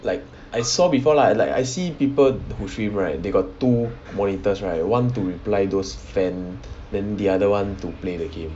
like I saw before lah like I see people who stream right they got two monitors right one to reply those fan then the other one to play the game